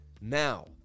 now